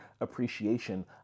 Appreciation